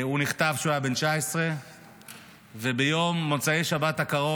הוא נחטף כשהוא היה בן 19. במוצאי שבת הקרוב,